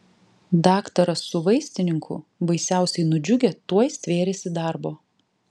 daktaras su vaistininku baisiausiai nudžiugę tuoj stvėrėsi darbo